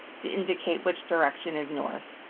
to indicate which direction is north.